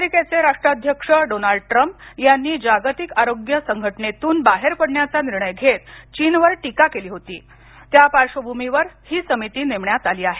अमेरिकेचे राष्ट्राध्यक्ष Donald Trump यांनी जागतिक आरोग्य संघटनेतून बाहेर पडण्याचा निर्णय घेत चीनवर टीका केली होती त्या पार्श्वभूमीवर ही समिती नेमण्यात आली आहे